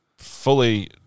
Fully